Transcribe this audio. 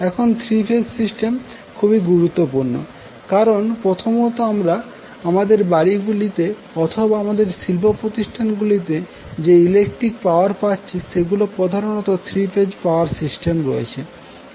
এখন three phase system খুবই গুরুত্বপূর্ণ কারণ প্রথমত আমরা আমাদের বাড়ি গুলিতে অথবা আমাদের শিল্পপ্রতিষ্ঠান গুলিতে যে ইলেকট্রিক পাওয়ার পাচ্ছি সেগুলি প্রধানত 3 ফেজ পাওয়ার সিস্টেম রয়েছে